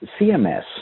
CMS